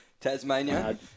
Tasmania